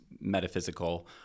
metaphysical